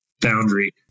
boundary